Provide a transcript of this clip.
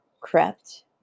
crept